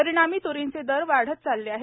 परिणामी तुरीचे दर वाढत चालले आहेत